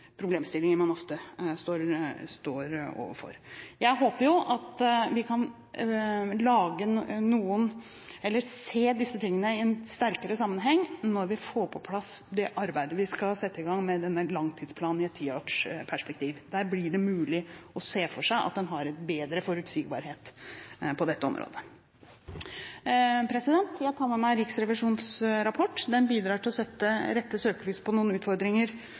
problemstillinger man ofte står overfor. Jeg håper jo vi kan se disse tingene i en større sammenheng når vi får på plass arbeidet med denne langtidsplanen i et tiårsperspektiv. Der blir det mulig å se for seg at en får en bedre forutsigbarhet på dette området. Jeg tar med meg Riksrevisjonens rapport. Den bidrar til å sette søkelyset på noen utfordringer